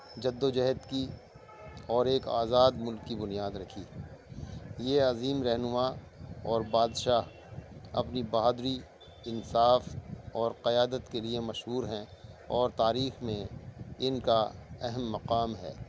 جد و جہد کی اور ایک آزاد ملک کی بنیاد رکھی یہ عظیم رہنما اور بادشاہ اپنی بہادری انصاف اور قیادت کے لیے مشہور ہیں اور تاریخ میں ان کا اہم مقام ہے